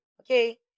okay